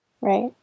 Right